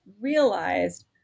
realized